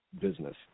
business